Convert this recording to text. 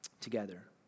together